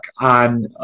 on